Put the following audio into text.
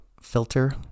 filter